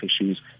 issues